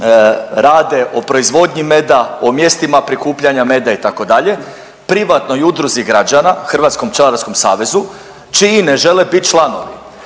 rade o proizvodnji meda, o mjestima prikupljanja meda itd., privatnoj udruzi građana, Hrvatskom pčelarskom savezu, čiji ne žele bit članovi.